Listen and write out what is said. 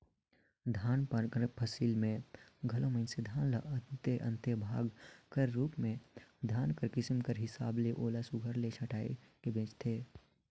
धान पान कर फसिल में घलो मइनसे धान ल अन्ते अन्ते भाग कर रूप में धान कर किसिम कर हिसाब ले ओला सुग्घर ले छांएट के बेंचथें